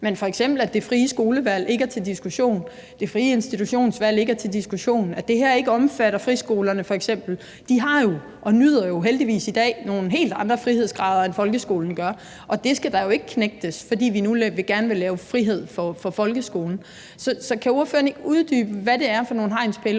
f.eks. at det frie skolevalg ikke er til diskussion, at det frie institutionsvalg ikke er til diskussion, og at det her f.eks. ikke omfatter friskolerne. De har jo og nyder heldigvis i dag nogle helt andre frihedsgrader, end folkeskolen gør, og det skal jo ikke knægtes, fordi vi nu gerne vil lave frihed for folkeskolen. Så kan ordføreren ikke uddybe, hvad det er for nogle hegnspæle,